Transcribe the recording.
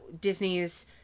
Disney's